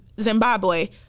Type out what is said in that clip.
Zimbabwe